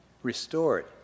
Restored